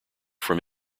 from